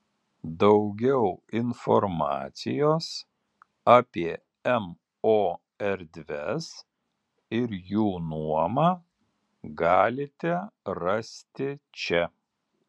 daugiau informacijos apie mo erdves ir jų nuomą galite rasti čia